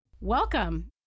Welcome